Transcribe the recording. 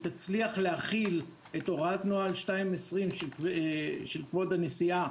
תצליח להחיל את הוראת נוהל 2.20 של כבוד הנשיאה.